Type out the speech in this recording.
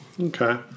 okay